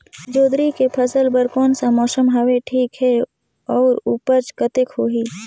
जोंदरी के फसल बर कोन सा मौसम हवे ठीक हे अउर ऊपज कतेक होही?